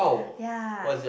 yea